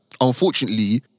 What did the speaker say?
unfortunately